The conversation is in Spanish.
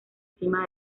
cima